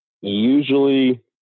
usually